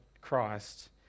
christ